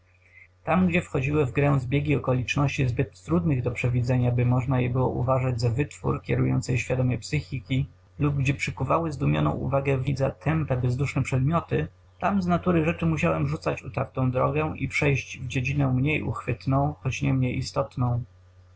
tam gdzie wchodziły w grę zbiegi okoliczności zbyt trudnych do przewidzenia by można je uważać za wytwór kierującej świadomie psychiki lub gdzie przykuwały zdumioną uwagę widza tępe bezduszne przedmioty tam z natury rzeczy musiałem rzucać utartą drogę i przejść w dziedzinę mniej uchwytną choć niemniej istotną